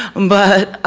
but